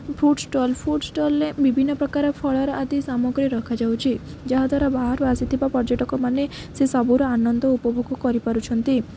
food stall food ଷ୍ଟଲ୍ରେ ବିଭିନ୍ନପ୍ରକାର ଫଳର ଆଦି ସାମଗ୍ରୀ ରଖାଯାଉଛି ଯାହା ଦ୍ୱାରା ବାହାରୁ ଆସିଥିବା ପର୍ଯ୍ୟଟକମାନେ ସେସବୁୁର ଆନନ୍ଦ ଉପଭୋଗ କରିପାରୁଛନ୍ତି